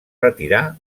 retirà